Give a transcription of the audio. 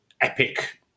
epic